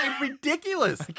ridiculous